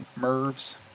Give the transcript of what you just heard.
Mervs